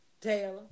Taylor